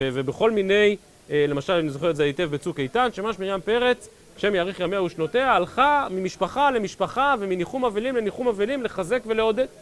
ובכל מיני, למשל אני זוכר את זה היטב בצוק איתן שממש מרים פרץ, השם יאריך ימיה ושנותיה, הלכה ממשפחה למשפחה ומניחום אבלים לניחום אבלים לחזק ולעודד.